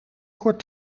kort